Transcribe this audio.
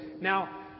Now